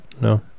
no